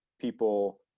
people